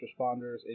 responders